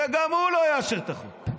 וגם הוא לא יאשר את החוק.